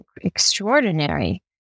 extraordinary